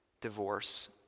divorce